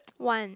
one